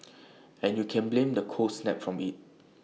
and you can blame the cold snap from IT